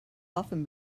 often